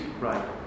Right